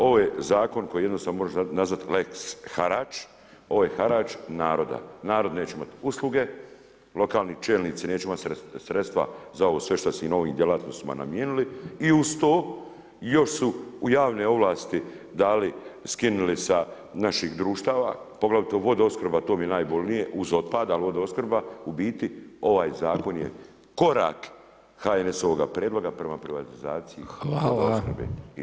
Ovo je zakon koji jednostavno možeš nazvat lex harač, ovo je harač naroda, narod neće imati usluge, lokalni čelnici neće imati sredstva za sve ovo što su im ovim djelatnostima namijenili i uz to još su u javne ovlasti dali, skinuli sa naših društava, poglavito vodoopskrba to mi je najbolnije uz otpad, ali vodoopskrba, u biti ovaj zakon je korak HNS-ovoga prijedloga prema privatizaciji vodoopskrbe.